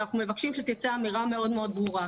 אנחנו מבקשים שתצא אמירה מאוד ברורה.